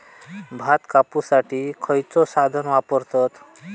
भात कापुसाठी खैयचो साधन वापरतत?